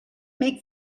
make